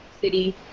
city